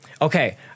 okay